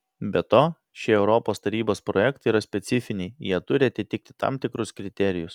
be to šie europos tarybos projektai yra specifiniai jie turi atitikti tam tikrus kriterijus